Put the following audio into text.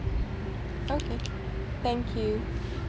okay thank you